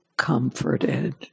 Comforted